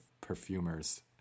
perfumers